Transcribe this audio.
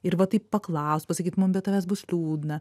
ir va taip paklaust pasakyt mum be tavęs bus liūdna